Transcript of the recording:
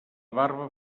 barba